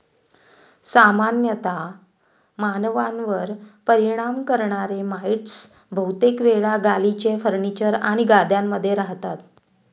सामान्यतः मानवांवर परिणाम करणारे माइटस बहुतेक वेळा गालिचे, फर्निचर आणि गाद्यांमध्ये रहातात